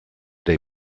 they